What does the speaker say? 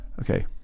Okay